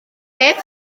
beth